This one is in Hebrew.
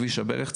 כביש הברך,